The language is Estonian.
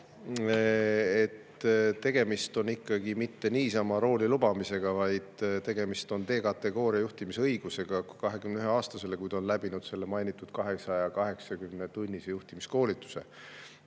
tegemist on ikkagi mitte niisama rooli lubamisega, vaid D-kategooria juhtimisõigusega 21-aastasele, kui ta on läbinud selle mainitud 280-tunnise juhtimiskoolituse.